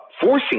forcing